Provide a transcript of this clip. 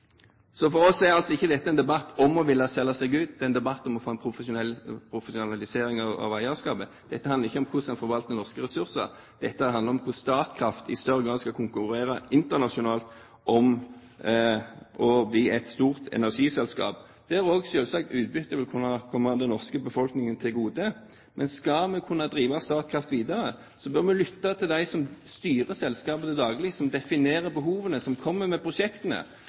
For oss er dette altså ikke en debatt om å ville selge seg ut. Det er en debatt om å få en profesjonalisering av eierskapet. Dette handler ikke om hvordan man forvalter norske ressurser. Dette handler om hvordan Statkraft i større grad skal konkurrere internasjonalt om å bli et stort energiselskap, der selvsagt også utbyttet vil komme den norske befolkningen til gode. Men skal man kunne drive Statkraft videre, bør man lytte til dem som styrer selskapet til daglig, som definerer behovene, og som kommer med prosjektene.